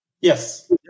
Yes